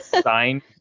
Signed